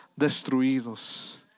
destruidos